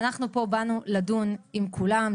אנחנו פה באנו לדון עם כולם,